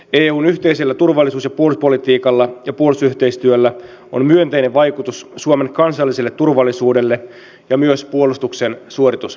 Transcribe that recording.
eun yhteisellä turvallisuus ja puolustuspolitiikalla ja puolustusyhteistyöllä on myönteinen vaikutus suomen kansalliselle turvallisuudelle ja myös puolustuksen suorituskyvyille